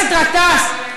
מבקש שתשב בשקט.